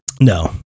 no